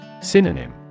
Synonym